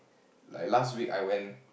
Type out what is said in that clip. like last week I went